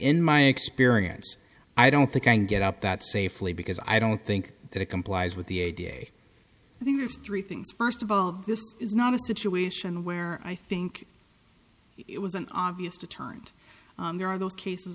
in my experience i don't think i can get up that safely because i don't think that it complies with the a da i think there's three things first of all this is not a situation where i think it was an obvious to timed there are those cases